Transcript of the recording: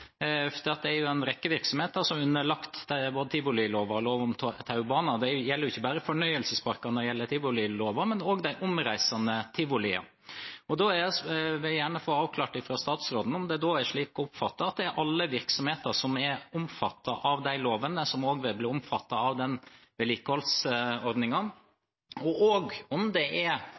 er underlagt både tivoliloven og lov om taubaner. Når det gjelder tivoliloven, er ikke det bare fornøyelsesparker, men også de omreisende tivoliene. Jeg vil gjerne få avklart fra statsråden om det er slik å oppfatte at alle virksomheter som er omfattet av de lovene, også vil bli omfattet av denne vedlikeholdsordningen, og også om det gjelder lovpålagt vedlikehold som en har, knyttet til f.eks. kjøretøy, som er